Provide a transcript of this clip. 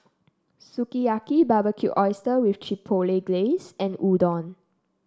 Sukiyaki Barbecued Oyster with Chipotle Glaze and Udon